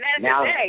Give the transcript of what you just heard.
Now